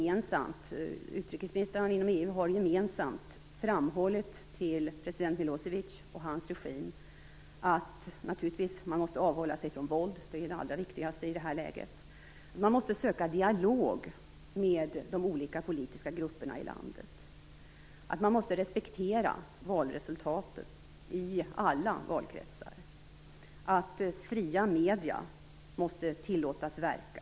Utrikesministrarna inom EU har gemensamt framhållit till president Milosevic och hans regim främst att man måste avhålla sig från våld - det är det allra viktigaste i det här läget - men också att man måste söka dialog med de olika politiska grupperna i landet. Man måste respektera valresultatet i alla valkretsar. Fria medier måste tillåtas verka.